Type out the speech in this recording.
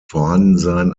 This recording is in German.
vorhandensein